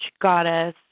goddess